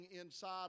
inside